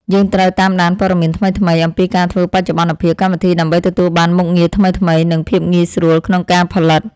យើងត្រូវតាមដានព័ត៌មានថ្មីៗអំពីការធ្វើបច្ចុប្បន្នភាពកម្មវិធីដើម្បីទទួលបានមុខងារថ្មីៗ និង ភាពងាយស្រួលក្នុងការផលិត។